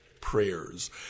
prayers